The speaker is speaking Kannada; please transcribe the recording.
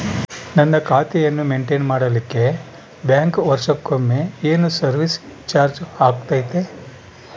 ನನ್ನ ಖಾತೆಯನ್ನು ಮೆಂಟೇನ್ ಮಾಡಿಲಿಕ್ಕೆ ಬ್ಯಾಂಕ್ ವರ್ಷಕೊಮ್ಮೆ ಏನು ಸರ್ವೇಸ್ ಚಾರ್ಜು ಹಾಕತೈತಿ?